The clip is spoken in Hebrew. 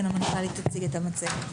אנחנו נשמע את המנכ"לית שתציג לנו גם את המצגת.